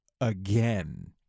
again